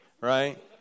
right